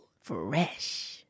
Fresh